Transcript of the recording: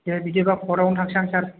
दे बिदिबा कर्टआवनो थांसै आं सार